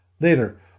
later